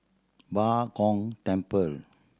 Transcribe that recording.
Bao Gong Temple